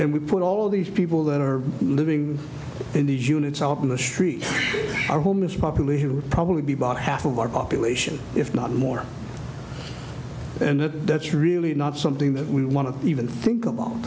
then we put all these people that are living in these units out in the street are homeless population would probably be bought half of our population if not more and that that's really not something that we want to even think about